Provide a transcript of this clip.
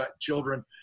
children